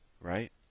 right